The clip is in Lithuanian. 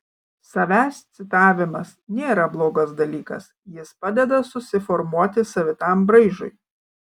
savęs citavimas nėra blogas dalykas jis padeda susiformuoti savitam braižui